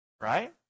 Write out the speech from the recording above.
Right